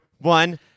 one